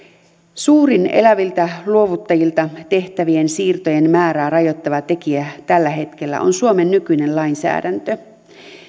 suurin eläviltä luovuttajilta tehtävien siirtojen määrää rajoittava tekijä tällä hetkellä on suomen nykyinen lainsäädäntö